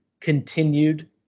continued